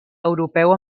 europeu